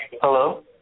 Hello